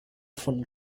vom